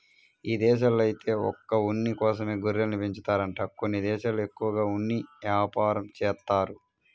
ఇదేశాల్లో ఐతే ఒక్క ఉన్ని కోసమే గొర్రెల్ని పెంచుతారంట కొన్ని దేశాల్లో ఎక్కువగా ఉన్ని యాపారం జేత్తారు